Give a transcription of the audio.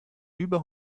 über